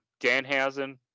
Danhausen